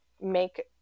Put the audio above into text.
make